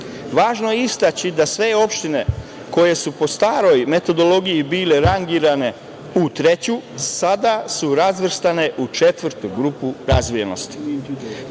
Važno je istaći da sve opštine koje su po staroj metodologiji bile rangirane u treću, sada su razvrstane u četvrtu grupu razvijenosti. Pošto